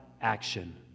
action